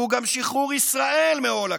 שהוא גם שחרור ישראל מעול הכיבוש.